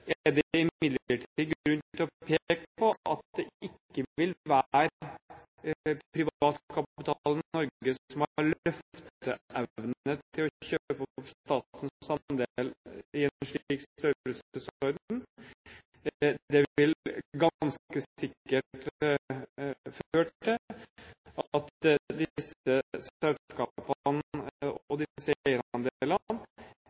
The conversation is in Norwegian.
er det imidlertid grunn til å peke på at det ikke vil være privat kapital i Norge som har løfteevne til å kjøpe opp statens andel i en slik størrelsesorden. Det vil ganske sikkert føre til at disse selskapene og